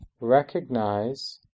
recognize